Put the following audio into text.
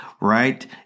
right